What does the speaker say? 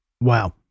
Wow